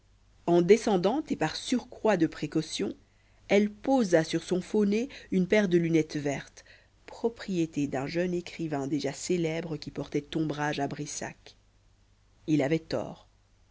en descendant et par surcroît de précaution elle posa sur son faux nez une paire de lunettes vertes propriété d'un jeune écrivain déjà célèbre qui portait ombrage à brissac il avait tort